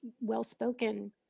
well-spoken